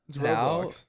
now